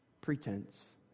pretense